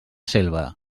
selva